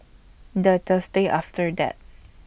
The Thursday after that